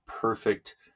perfect